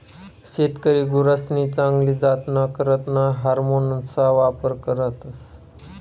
शेतकरी गुरसनी चांगली जातना करता हार्मोन्सना वापर करतस